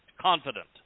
confident